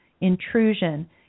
intrusion